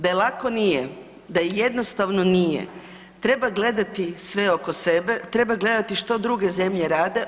Da je lako nije, da je jednostavno nije, treba gledati sve oko sebe, treba gledati što druge zemlje rade.